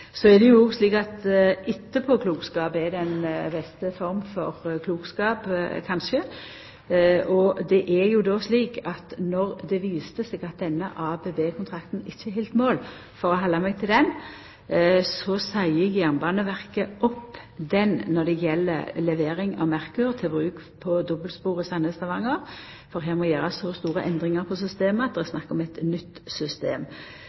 Så er det òg slik at etterpåklokskap er den beste forma for klokskap, kanskje. Når det viste seg at denne ABB-kontrakten ikkje heldt mål, for å halda meg til den, seier Jernbaneverket opp den når det gjeld levering av Merkur til bruk på dobbeltsporet Sandnes–Stavanger, for her må ein gjera så store endringar på systemet at det er snakk om eit nytt system.